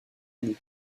année